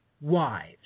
wives